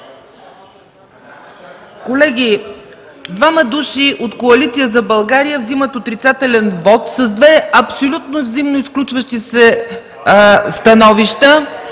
Колеги, двама души от Коалиция за България вземат отрицателен вот с две абсолютно взаимно изключващи се становища.